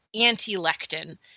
anti-lectin